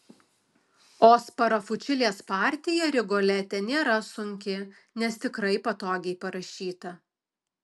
o sparafučilės partija rigolete nėra sunki nes tikrai patogiai parašyta